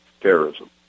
terrorism